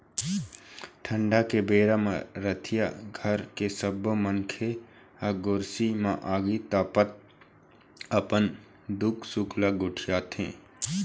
ठंड के बेरा म रतिहा घर के सब्बो मनखे ह गोरसी म आगी तापत अपन दुख सुख ल गोठियाथे